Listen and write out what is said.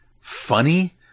funny